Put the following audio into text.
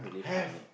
have